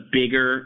bigger